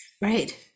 Right